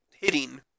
hitting